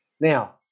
Now